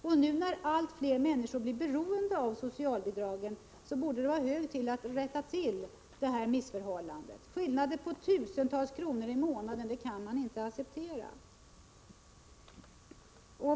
Eftersom allt fler människor blir beroende av socialbidragen, borde det vara hög tid att söka komma till rätta med detta missförhållande. Skillnader på tusentals kronor i månaden kan man inte acceptera.